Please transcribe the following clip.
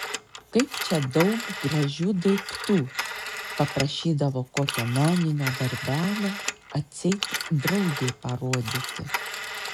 kaip čia daug gražių daiktų paprašydavo kokio meninio darbelio atseit draugei parodyti